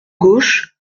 gauche